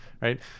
right